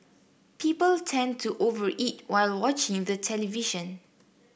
people tend to over eat while watching the television